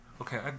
Okay